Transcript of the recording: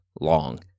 long